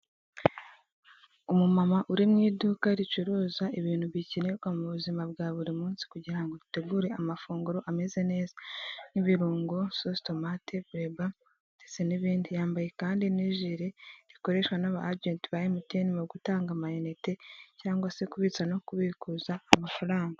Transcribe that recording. Umumama uri mu iduka ricuruza ibintu bikenerwa mu buzima bwa buri munsi kugira ngo dutegure amafunguro ameze neza nk'ibirungo, sositomate, bleu band, ndetse n'ibindi, yambaye kandi n'ijiri rikoreshwa n'aba agent ba MTN mu gutanga amayinite cyangwa se kubitsa no kubikuza amafaranga.